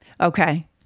Okay